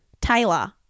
taylor